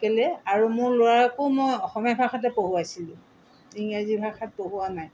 কেলে আৰু মোৰ ল'ৰাকো মই অসমীয়া ভাষাতে পঢ়ুৱাইছিলোঁ ইংৰাজী ভাষাত পঢ়োৱা নাই